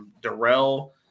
Darrell